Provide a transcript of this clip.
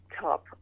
top